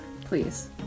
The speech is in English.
Please